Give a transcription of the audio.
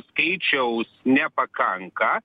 skaičiaus nepakanka